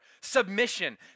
submission